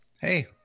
Hey